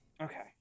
Okay